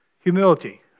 humility